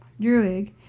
Druig